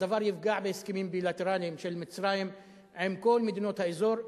הדבר יפגע בהסכמים בילטרליים של מצרים עם כל מדינות האזור,